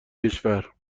کشور